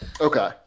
Okay